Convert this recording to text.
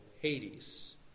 Hades